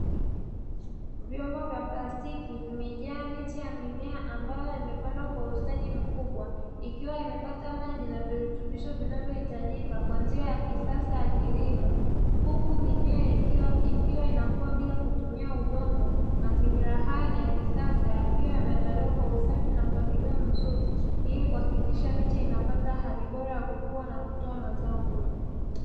Vyombo vya plastiki vimejaa miche ya mimea ambayo imepandwa kwa ustadi mkubwa ikiwa imepata maji na virutubisho, vinavyohitajika kwa njia ya kisasa ya kilimo huku mimea ikiwa inakua bila kutumia udongo, mazingira haya ni ya kisasa yakiwa yameandaliwa kwa usafi na mpangilio mzuri ili kuhakikisha miche inapata hali bora ya kukua na kutoa mazao bora.